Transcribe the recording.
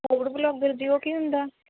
food vlogger ਜੀ ਉਹ ਕੀ ਹੁੰਦਾ